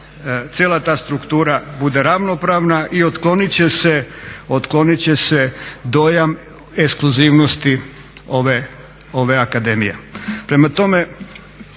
cijela ta struktura bude ravnopravna i otklonit će se dojam ekskluzivnosti ove akademije.